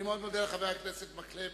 אני מאוד מודה לחבר הכנסת מקלב.